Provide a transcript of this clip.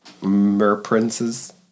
Mer-princes